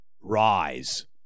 rise